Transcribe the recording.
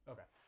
Okay